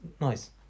nice